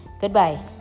Goodbye